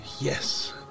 yes